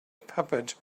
puppet